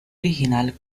original